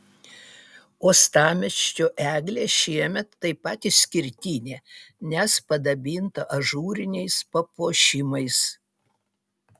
uostamiesčio eglė šiemet taip pat išskirtinė nes padabinta ažūriniais papuošimais